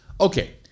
okay